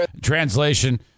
translation